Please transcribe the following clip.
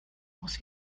aus